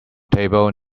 table